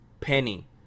penny